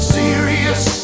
serious